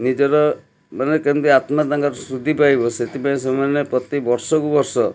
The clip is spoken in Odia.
ନିଜର ମାନେ କେମିତି ଆତ୍ମା ତାଙ୍କର ସୁଧି ପାଇବ ସେଥିପାଇଁ ସେମାନେ ପ୍ରତି ବର୍ଷକୁ ବର୍ଷ